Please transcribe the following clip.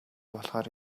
болохоор